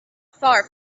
far